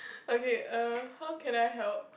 okay err how can I help